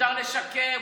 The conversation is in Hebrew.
מותר לשקר,